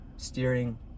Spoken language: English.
steering